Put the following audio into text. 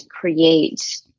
create